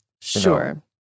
Sure